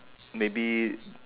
maybe